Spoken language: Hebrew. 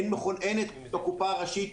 אין את הקופה הראשית,